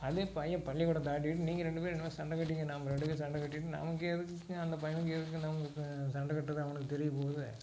அதே பையன் பள்ளிக்கூடம் தாட்டிட்டு நீங்கள் ரெண்டு பேரும் என்னமோ சண்டை கட்டிக்கங்க நாம் ரெண்டு பேரும் சண்டை கட்டிட்டு நமக்கு எதுக்குங்க அந்தப் பையனுக்கு எதுக்கு நமக்கு சண்டை கட்டுறது அவனுக்குத் தெரியப் போகுது